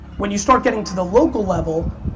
when you start getting to the local level,